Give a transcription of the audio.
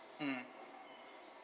mm